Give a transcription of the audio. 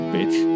Bitch